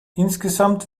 insgesamt